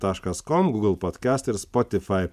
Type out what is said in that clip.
taškas kom google podcast ir spotify